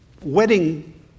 wedding